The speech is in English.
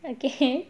okay